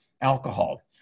alcohol